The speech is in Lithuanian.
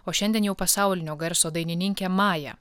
o šiandien jau pasaulinio garso dainininkę mają